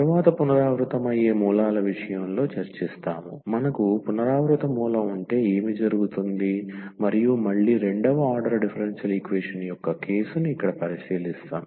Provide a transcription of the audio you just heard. తరువాత పునరావృతమయ్యే మూలాల విషయంలో చర్చిస్తాము మనకు పునరావృత మూలం ఉంటే ఏమి జరుగుతుంది మరియు మళ్ళీ రెండవ ఆర్డర్ డిఫరెన్షియల్ ఈక్వేషన్ యొక్క కేసును ఇక్కడ పరిశీలిస్తాము